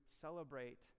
celebrate